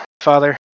Father